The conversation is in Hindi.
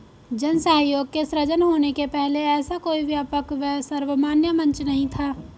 जन सहयोग के सृजन होने के पहले ऐसा कोई व्यापक व सर्वमान्य मंच नहीं था